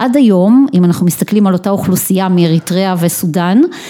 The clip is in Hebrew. עד היום אם אנחנו מסתכלים על אותה אוכלוסייה מאריתריאה וסודאן